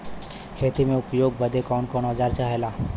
खेती में उपयोग बदे कौन कौन औजार चाहेला?